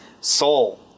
Soul